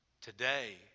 today